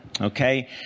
Okay